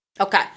Okay